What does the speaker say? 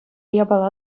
япала